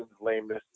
lameness